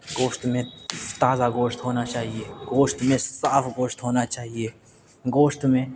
گوشت میں تازہ گوشت ہونا چاہیے گوشت میں صاف گوشت ہونا چاہیے گوشت میں